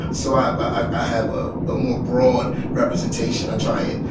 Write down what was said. so i i have a ah more broad representation. i try and,